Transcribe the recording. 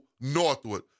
northward